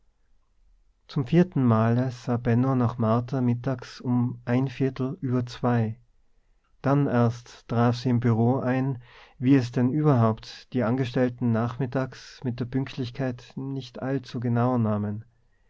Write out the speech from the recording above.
zum vierten male sah benno nach martha mittags um ein viertel über zwei dann erst traf sie im bureau ein wie es denn überhaupt die angestellten nachmittags mit der pünktlichkeit nicht allzu genau nahmen